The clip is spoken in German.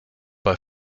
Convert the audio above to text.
bei